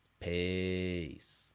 Peace